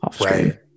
right